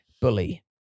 bully